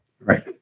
Right